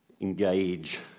engage